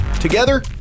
Together